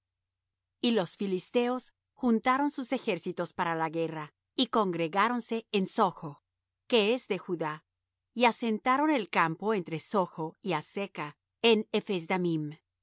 y los filisteos juntaron sus ejércitos para la guerra y congregáronse en soch que es de judá y asentaron el campo entre soch y azeca en ephes dammim y